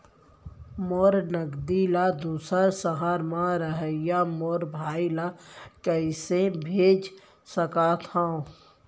मोर नगदी ला दूसर सहर म रहइया मोर भाई ला कइसे भेज सकत हव?